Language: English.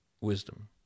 wisdom